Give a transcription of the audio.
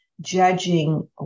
judging